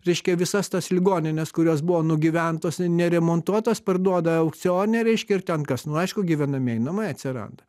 reiškia visas tas ligonines kurios buvo nugyventos neremontuotos parduoda aukcione reiškia ir ten kas nu aišku gyvenamieji namai atsiranda